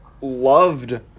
loved